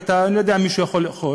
אני לא יודע אם מישהו יכול לאכול,